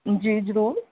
ਜੀ ਜ਼ਰੂਰ